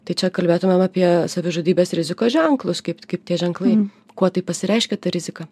tai čia kalbėtumėm apie savižudybės rizikos ženklus kaip kaip tie ženklai kuo tai pasireiškia ta rizika